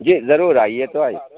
جی ضرور آئیے تو آئی